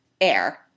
air